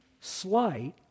slight